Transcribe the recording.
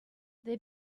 they